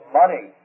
money